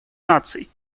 наций